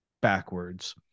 backwards